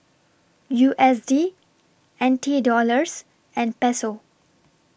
U S D N T Dollars and Peso